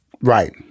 Right